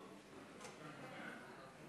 אחריו, חבר הכנסת